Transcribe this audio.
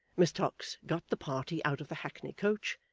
miss tox got the party out of the hackney-coach,